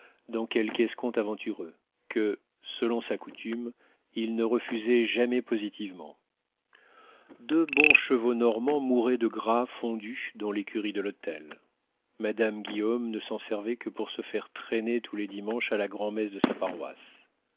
dans quelque escompte aventureux que selon sa coutume il ne refusait jamais positivement deux bons chevaux normands mouraient de gras fondu dans l'écurie de l'hôtel madame guillaume ne s'en servait que pour se faire traîner tous les dimanches à la grand'messe de sa paroisse